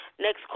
Next